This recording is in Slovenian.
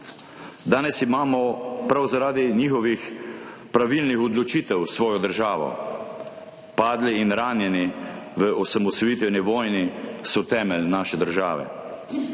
Danes imamo prav zaradi njihovih pravilnih odločitev svojo državo. Padli in ranjeni v osamosvojitveni vojni so temelj naše države.